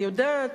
אני יודעת,